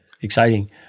Exciting